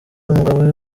umugabo